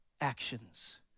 actions